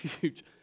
huge